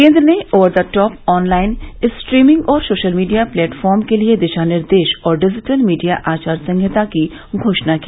केंद्र ने over the top online streaming और सोशल मीडिया प्लेटफॉर्म के लिए दिशानिर्देश और डिजिटल मीडिया आचार संहिता की घोषणा की